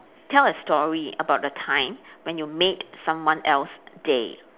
tell a story about a time when you made someone else day